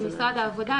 עם משרד העבודה,